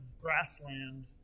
grassland